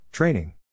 Training